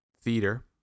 theater